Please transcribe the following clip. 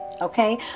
okay